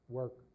work